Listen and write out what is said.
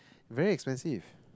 very expensive